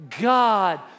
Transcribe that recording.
God